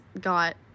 got